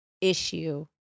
issue